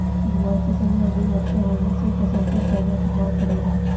बुआई के समय अधिक वर्षा होने से फसल पर क्या क्या प्रभाव पड़ेगा?